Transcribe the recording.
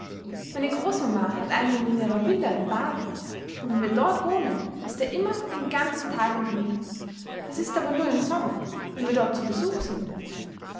meine großmama hat einen in ihrer villa in baden und wenn wir dort wohnen ist er immer den ganzen tag mit mir das ist aber nur im sommer wenn wir dort zu besuch sind